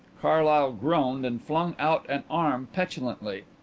carlyle groaned and flung out an arm petulantly.